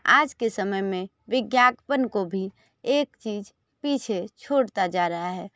आज के समय में विज्ञापन को भी एक चीज़ पीछे छोड़ता जा रहा है